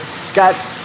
Scott